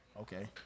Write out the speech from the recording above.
Okay